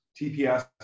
TPS